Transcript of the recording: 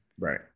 Right